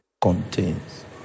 contains